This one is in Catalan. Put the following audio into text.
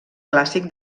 clàssic